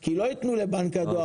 כי לא יתנו לבנק הדואר ליפול.